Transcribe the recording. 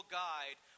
guide